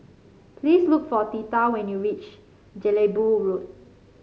please look for Theta when you reach Jelebu Road